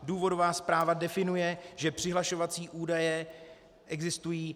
Důvodová zpráva definuje, že přihlašovací údaje existují.